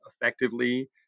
effectively